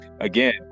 again